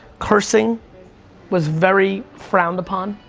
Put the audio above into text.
cursing was very frowned upon,